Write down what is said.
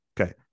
Okay